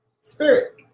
spirit